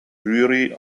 jury